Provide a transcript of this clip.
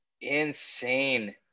insane